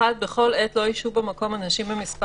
(1) בכל עת לא ישהו במקום אנשים במספר